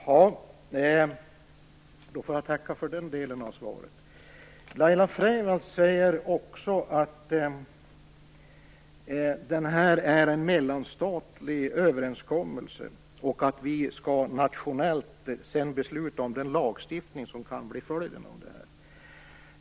Fru talman! Jag får tacka för den delen av svaret. Laila Freivalds säger också att det är fråga om en mellanstatlig överenskommelse och att vi nationellt skall besluta om den lagstiftning som kan bli följden av denna.